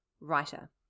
writer